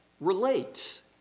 relates